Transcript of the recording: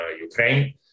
Ukraine